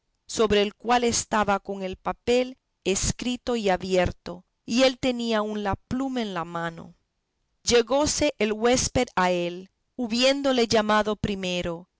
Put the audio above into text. sobre el cual estaba con el papel escrito y abierto y él tenía aún la pluma en la mano llegóse el huésped a él habiéndole llamado primero